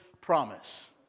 promise